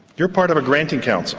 you're part of a granting council